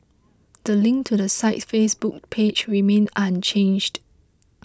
the link to the site's Facebook page remains unchanged